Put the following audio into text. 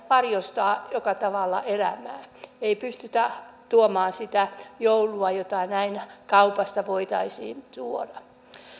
varjostavat joka tavalla elämää ei pystytä tuomaan sitä joulua jota kaupasta voitaisiin tuoda